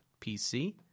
PC